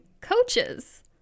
coaches